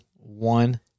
one